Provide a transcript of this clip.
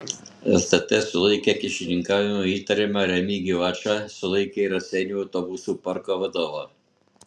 stt sulaikė kyšininkavimu įtariamą remigijų ačą sulaikė ir raseinių autobusų parko vadovą